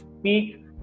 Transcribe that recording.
speak